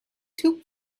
took